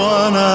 one